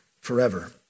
forever